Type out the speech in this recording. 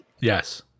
Yes